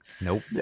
nope